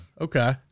Okay